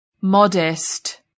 Modest